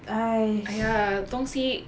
!aiya! 东西